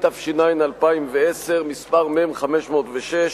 התש"ע 2010, מ/506,